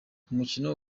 umukino